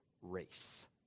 race